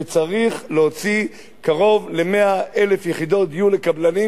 וצריך להוציא קרוב ל-100,000 יחידות דיור לקבלנים,